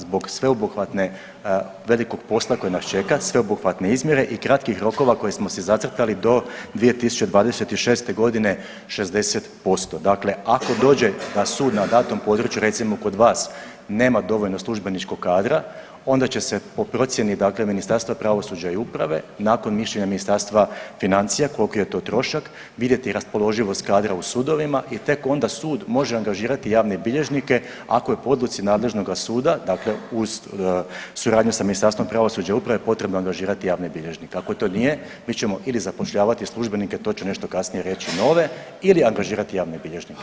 Zbog sveobuhvatne velikog posla koji nas čeka, sveobuhvatne izmjere i kratkih rokova koje smo si zacrtali do 2026. g. 60%, dakle ako dođe na sud na datom području, recimo kod vas nema dovoljno službeničkog kadra, onda će se po procjeni, dakle Ministarstva pravosuđa i uprave nakon mišljenja Ministarstva financija koliki je to trošak vidjeti raspoloživost kadra u sudovima i tek onda sud može angažirati javne bilježnike ako je po odluci nadležnoga suda, dakle uz suradnju sa Ministarstvom pravosuđa i uprave potrebno angažirati javni bilježnik, ako to nije, mi ćemo ili zapošljavati službenike, to ću nešto kasnije reći, nove, ili angažirati javne bilježnike.